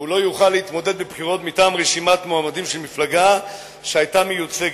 ולא יוכל להתמודד בבחירות מטעם רשימת מועמדים של מפלגה שהיתה מיוצגת.